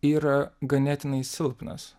yra ganėtinai silpnas